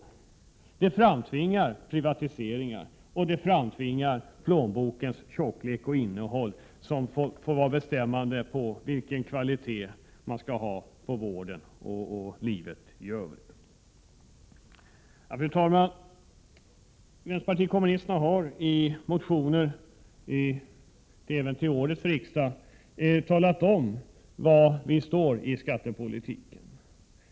Detta skulle framtvinga privatiseringar och göra att plånbokens tjocklek och innehåll skulle bli bestämmande för vilken kvalitet man får i vården och i livet i övrigt. Fru talman! Vi har från vänsterpartiet kommunisterna i motioner även till årets riksmöte talat om var vi står i skattepolitiken.